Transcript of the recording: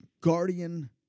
guardian